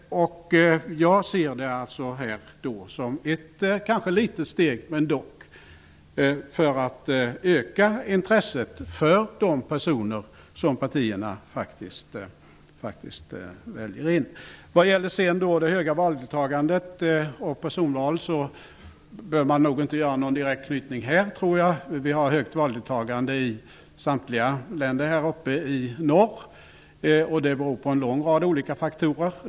Jag ser denna reform som ett litet steg, dock ett steg, för att öka intresset för de personer som partierna faktiskt väljer in. Det höga valdeltagandet och personval tycker jag inte har någon direkt anknytning. Det har varit högt valdeltagande i samtliga nordiska länder. Det beror på en lång rad olika faktorer.